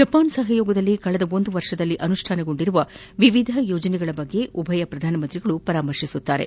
Japan ಸಹಯೋಗದಲ್ಲಿ ಕಳೆದೊಂದು ವರ್ಷದಲ್ಲಿ ಅನುಷ್ಠಾನಗೊಂಡಿರುವ ವಿವಿಧ ಯೋಜನೆಗಳ ಬಗ್ಗೆ ಉಭಯ ಪ್ರಧಾನಮಂತ್ರಿಗಳು ಪರಾಮರ್ತೆ ನಡೆಸಲಿದ್ದಾರೆ